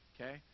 Okay